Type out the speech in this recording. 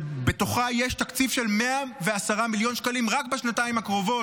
שיש בה תקציב של 110 מיליון שקלים רק בשנתיים הקרובות,